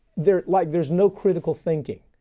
they're like, there's no critical thinking.